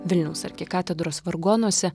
vilniaus arkikatedros vargonuose